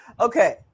okay